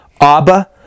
Abba